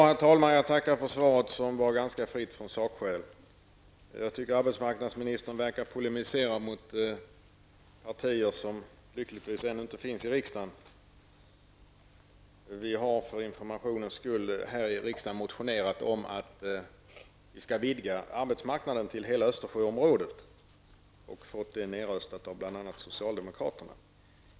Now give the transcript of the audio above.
Herr talman! Jag tackar för svaret, som var ganska fritt från sakskäl. Jag tycker att arbetsmarknadsministern verkar polemisera mot partier som lyckligtvis ännu inte finns i riksdagen. För informations skull kan jag säga att vi har motionerat här i riksdagen om att vi skall vidga arbetsmarknaden till att omfatta hela Östersjöområdet och fått förslaget nedröstat av bl.a. socialdemokraterna.